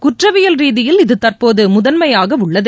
குற்றவியல் நீதியில் இது தற்போது முதன்மையாக உள்ளது